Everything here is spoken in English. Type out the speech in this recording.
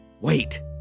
Wait